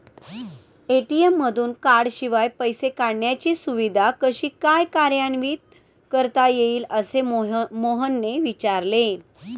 ATM मधून कार्डशिवाय पैसे काढण्याची सुविधा कशी काय कार्यान्वित करता येईल, असे मोहनने विचारले